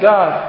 God